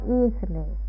easily